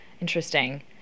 Interesting